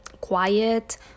quiet